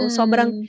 sobrang